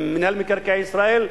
עם מינהל מקרקעי ישראל,